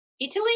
Italy